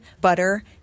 butter